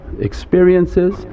experiences